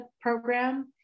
program